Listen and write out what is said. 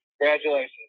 Congratulations